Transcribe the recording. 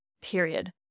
period